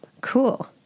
Cool